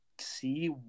See